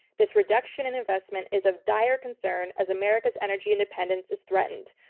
this reduction in investment is of dire concern as america's energy independence is threatened.